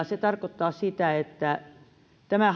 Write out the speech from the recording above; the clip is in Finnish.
se tarkoittaa sitä että tämä